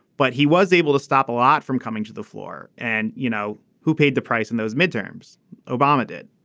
but he was able to stop a lot from coming to the floor. and you know who paid the price in those midterms obama did.